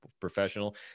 professional